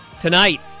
Tonight